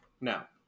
Now